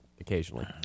occasionally